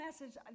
message